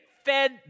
Fed